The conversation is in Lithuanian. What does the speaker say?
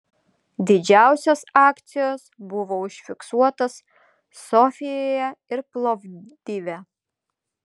didžiausios akcijos buvo užfiksuotos sofijoje ir plovdive